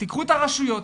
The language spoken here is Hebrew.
תקחו את הרשויות,